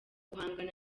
guhangana